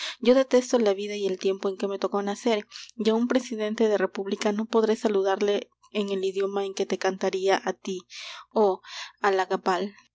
yo detesto la vida y el tiempo en que me tocó nacer y a un presidente de república no podré saludarle en el idioma en que te cantaría a ti oh halagabal de